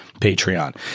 patreon